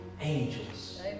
angels